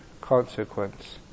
consequence